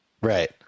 Right